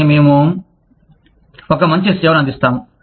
కానీ మేము మీకు మంచి సేవను అందిస్తాము